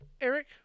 Eric